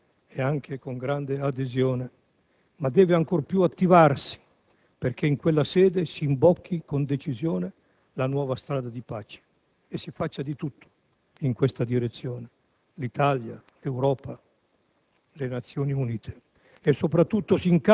lo riconosciamo con sincerità e anche con grande adesione, ma deve ancor più attivarsi, perché in quella sede si imbocchi con decisione la nuova strada di pace e si faccia di tutto in questa direzione: l'Italia, l'Europa